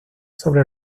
sobre